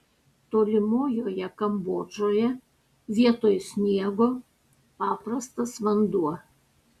tolimojoje kambodžoje vietoj sniego paprastas vanduo